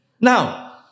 Now